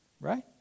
Right